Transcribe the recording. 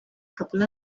couple